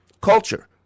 Culture